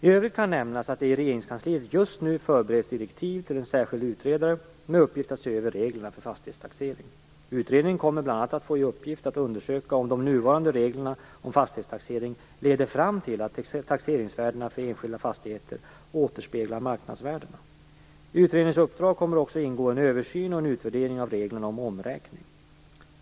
I övrigt kan nämnas att det i Regeringskansliet just nu förbereds direktiv till en särskild utredare med uppgift att se över reglerna för fastighetstaxering. Utredningen kommer bl.a. att få i uppgift att undersöka om de nuvarande reglerna om fastighetstaxering leder fram till att taxeringsvärdena för enskilda fastigheter återspeglar marknadsvärdena. I utredningens uppdrag kommer också att ingå en översyn och en utvärdering av reglerna för omräkning.